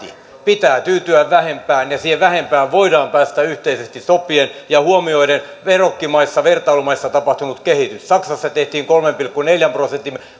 pitää tyytyä vähempään ja siihen vähempään voidaan päästä yhteisesti sopien ja huomioiden vertailumaissa vertailumaissa tapahtunut kehitys saksassa tehtiin kolmen pilkku neljän prosentin